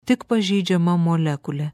tik pažeidžiama molekulė